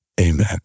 Amen